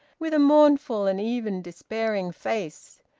with a mournful and even despairing face.